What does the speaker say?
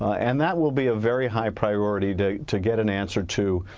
and that will be a very high priority to to get an answer to.